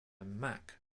mack